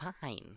fine